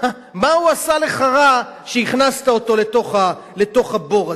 מה הוא עשה לך רע שהכנסת אותו לתוך הבור הזה?